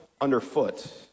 underfoot